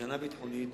סכנה ביטחונית.